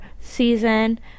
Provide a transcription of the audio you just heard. season